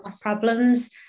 problems